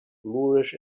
moorish